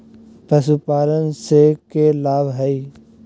पशुपालन से के लाभ हय?